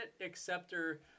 acceptor